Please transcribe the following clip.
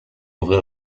ouvrir